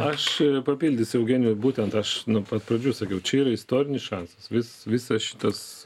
aš papildysiu eugenijų būtent aš nuo pat pradžių sakiau čia yra istorinis šansas vis visas šitas